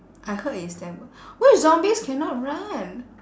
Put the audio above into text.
I heard it's damn good what if zombies cannot run